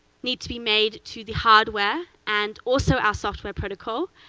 need to be made to the hardware and, also, our software protocol,